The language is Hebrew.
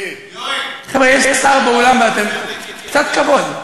יש שר באולם, קצת כבוד.